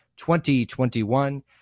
2021